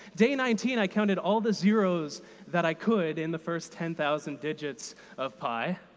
day nineteen, i counted all the zeroes that i could in the first ten thousand digits of pi.